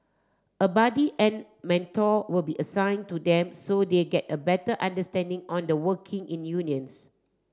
a buddy and mentor will be assigned to them so they get a better understanding on the working in unions